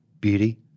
beauty